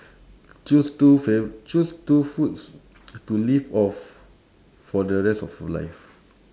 choose two fa~ choose two foods to live off for the rest of your life